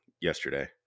yesterday